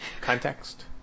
Context